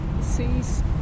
sea's